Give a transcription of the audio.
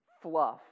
fluff